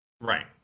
Right